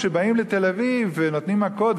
כשבאים לתל-אביב ונותנים מכות,